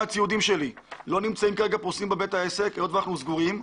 מהציוד שלי לא נמצאים כרגע פרוסים בבית העסק היות ואנחנו סגורים.